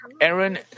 Aaron